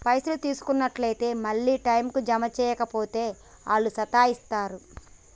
పైసలు తీసుకున్నట్లే మళ్ల టైంకు జమ జేయక పోతే ఆళ్లు సతాయిస్తరు